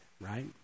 right